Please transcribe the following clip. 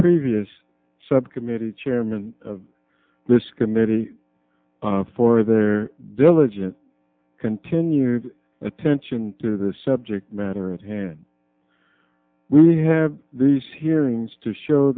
previous subcommittee chairman of this committee for their diligent continued attention to the subject matter at hand we have these hearings to show